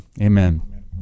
Amen